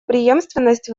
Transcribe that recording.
преемственность